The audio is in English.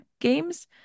Games